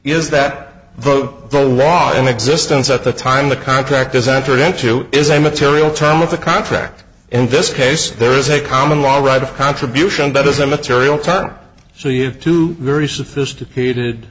is that vote the law in existence at the time the contract is entered into is a material term of the contract in this case there is a common law right of contribution but as a material time so you have two very sophisticated